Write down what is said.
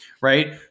right